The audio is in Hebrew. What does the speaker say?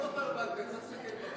אני לא זוכר בעל פה, צריך להסתכל בחוק.